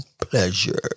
pleasure